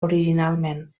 originalment